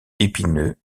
épineux